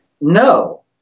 no